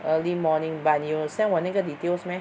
early morning but 你有 send 我那个 details meh